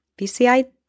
PCI